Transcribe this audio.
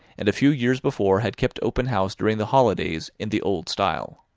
and a few years before had kept open house during the holidays in the old style.